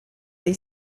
dei